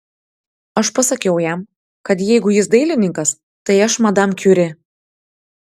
aš pasakiau jam kad jeigu jis dailininkas tai aš madam kiuri